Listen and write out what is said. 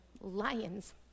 lions